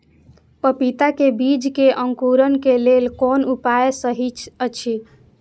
पपीता के बीज के अंकुरन क लेल कोन उपाय सहि अछि?